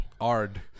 Ard